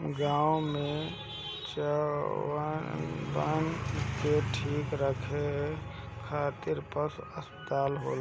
गाँव में चउवन के ठीक रखे खातिर पशु अस्पताल होला